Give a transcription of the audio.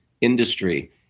industry